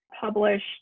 published